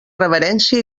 reverència